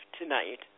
tonight